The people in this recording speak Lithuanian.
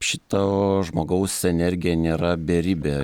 šito žmogaus energija nėra beribė